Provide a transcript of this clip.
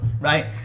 right